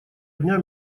дня